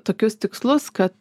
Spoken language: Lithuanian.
tokius tikslus kad